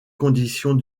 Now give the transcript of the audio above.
conditions